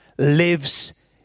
lives